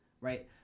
right